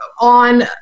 on